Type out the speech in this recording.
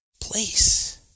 place